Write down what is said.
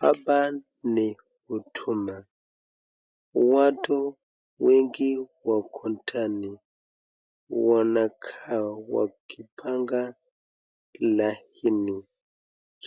Hapa ni Huduma. Watu wengi wako ndani, wanakaa wakipangaa laini